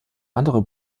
andere